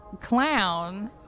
clown